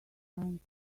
trying